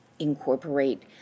incorporate